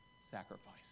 sacrifice